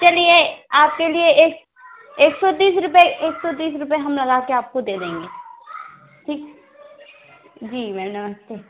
चलिए आपके लिए आपके लिए एक एक सौ तीस रुपये एक सौ तीस रुपये हम लगा कर आपको दे देंगे ठीक जी मैम नमस्ते